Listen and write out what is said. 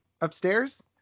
upstairs